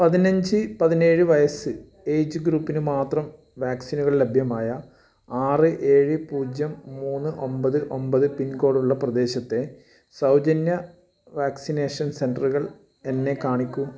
പതിനഞ്ച് പതിനേഴ് വയസ്സ് ഏജ് ഗ്രൂപ്പിന് മാത്രം വാക്സിനുകൾ ലഭ്യമായ ആറ് ഏഴ് പൂജ്യം മൂന്ന് ഒൻപത് ഒൻപത് പിൻകോഡുള്ള പ്രദേശത്തെ സൗജന്യ വാക്സിനേഷൻ സെൻ്ററുകൾ എന്നെ കാണിക്കൂ